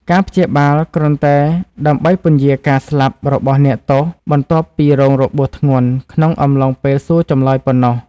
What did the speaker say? ការព្យាបាលគ្រាន់តែដើម្បីពន្យារការស្លាប់របស់អ្នកទោស បន្ទាប់ពីរងរបួសធ្ងន់ក្នុងអំឡុងពេលសួរចម្លើយប៉ុណ្ណោះ ។